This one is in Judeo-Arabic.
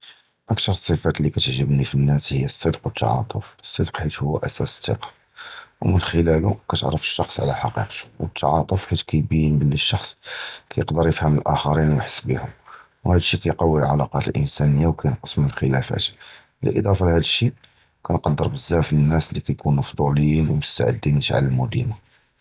אַכְּתַר אֶל-סִפַאת לִיִּי כִּתְעַגְּבּוּ לִי הַנָּאס הִיּוּ אֶל-סִדְק וְהַתַּעְטּוּף, אֶל-סִדְק כִּיּוּ הוּוּ אַסָּאס אֶל-תִּקָּה, וּמִנְּחוּ לִי כִּתְעַרֵף אֶל-שִי וַחְד עַל חַקִּיקְתוֹ, וְהַתַּעְטּוּף כִּיּוּ כִּיּוֹבִּין בְּלִי אִנָּהּ אֶל-שִי וַחְד יִכַּדַּר יְפַהְם אֶת הַאַחְרִין וְיַחְסּוּ בְּהּוּם, וְהַדָּא כִּיַּקְוִי אֶל-עֲלָאקָּאת הָאִנְסָאנִיָּה וְכִיַּנְקַּס מִן אֶל-כְּלָאפָּאת, וּבְּהַתּוֹסֵפֶת לַדָּא כִּנְקַדַּר בְּזַבַּא נָּאס לִי כִּתְקוּנוּ פֻצּוּלִיִּין וְמֻסְתַעְדִּין נִתְעַלְּמוּ דִּימָא.